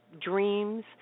dreams